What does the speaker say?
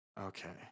Okay